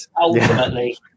ultimately